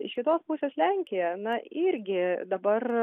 iš kitos pusės lenkija na irgi dabar